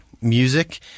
music